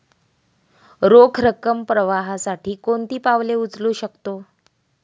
रोख रकम प्रवाहासाठी कोणती पावले उचलू शकतो?